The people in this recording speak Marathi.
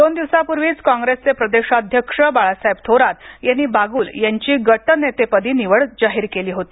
दोन दिवसापूर्वीच काँग्रेसचे प्रदेशाध्यक्ष बाळासाहेब थोरात यांनी बाग्ल यांची गटनेतेपदी निवड जाहीर केली होती